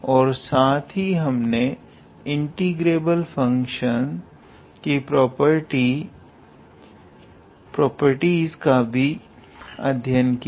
और साथ ही हमने रीमान इंटीग्रेबल फंक्शन की प्रॉपर्टीस का भी अध्ययन किया